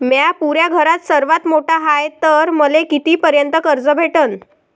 म्या पुऱ्या घरात सर्वांत मोठा हाय तर मले किती पर्यंत कर्ज भेटन?